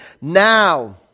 Now